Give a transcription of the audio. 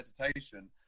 meditation